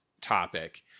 topic